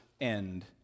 end